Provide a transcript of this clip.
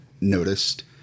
noticed